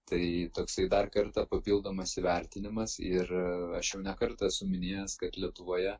tai toksai dar kartą papildomas įvertinimas ir aš jau ne kartą esu minėjęs kad lietuvoje